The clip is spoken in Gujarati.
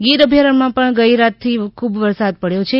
ગીર અભ્યારણ્યમાં પણ ગઈરાત થી ખૂબ વરસાદ પડ્યો છે